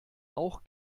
auch